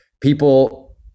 people